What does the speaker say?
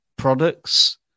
products